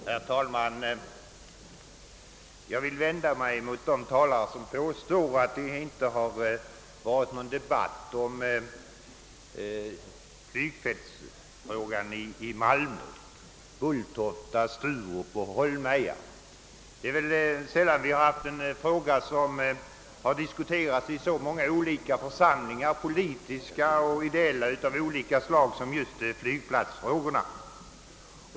Herr talman! Jag vill vända mig mot de talare som påstår att det inte varit någon debatt kring frågan om flygfält i malmöregionen: Bulltofta, Holmeja eller Sturup. Sällan har väl en fråga diskuterats i så många olika församlingar — politiska och ideella av olika slag — som just flygplatsfrågan.